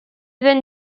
then